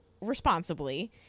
responsibly